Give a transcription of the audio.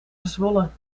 gezwollen